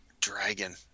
Dragon